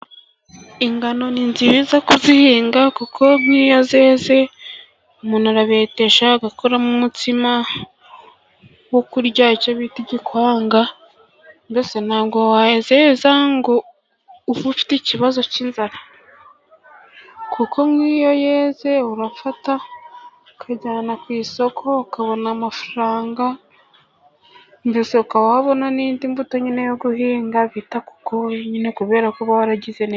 Ingano ni nziza kuzihinga kuko nk'iyo zeze umuntu arabetesha agakoramo umutsima wo kurya, bitawanga wayazeza kuko nk'iyo yeze urafata ukajyana ku isoko ukabona ndetse uka wabona n'indi mbuto yo guhinga bita kukoyine kubera kuba waragize neza.